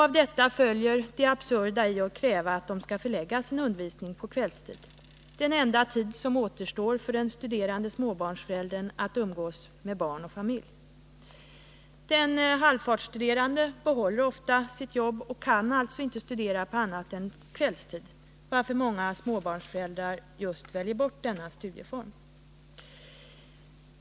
Av detta följer det absurda i att kräva att de som tillhör denna kategori skall förlägga sina studier till kvällstid — den enda tid som återstår för den studerande småbarnsföräldern att umgås med familjen. Den halvfartsstuderande behåller ofta sitt jobb och kan alltså inte studera på annan tid än kvällstid, varför många småbarnsföräldrar just väljer bort denna studieform.